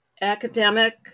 academic